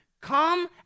Come